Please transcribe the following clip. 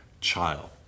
child